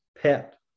pet